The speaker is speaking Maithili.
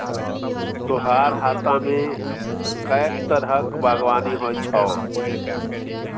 तोहर हातामे कैक तरहक बागवानी होए छौ